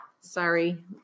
sorry